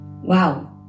Wow